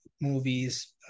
movies